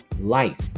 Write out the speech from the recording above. life